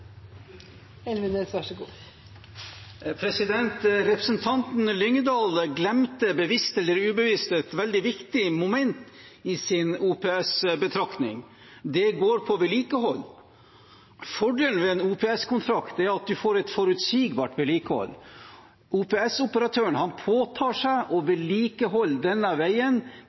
Representanten Lyngedal glemte bevisst eller ubevisst et veldig viktig moment i sin OPS-betraktning. Det går på vedlikehold. Fordelen ved en OPS-kontrakt er at man får et forutsigbart vedlikehold. OPS-operatøren påtar seg å vedlikeholde denne veien